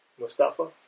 Mustafa